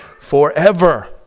forever